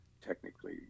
technically